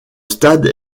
stade